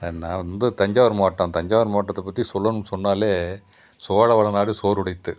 நான் வந்து தஞ்சாவூர் மாவட்டம் தஞ்சாவூர் மாவட்டத்தை பற்றி சொல்லணும் சொன்னாலே சோழ வளநாடு சோர் உடைத்து